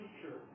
future